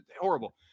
horrible